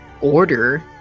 order